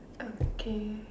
okay